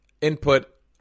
input